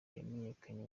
yamenyekanye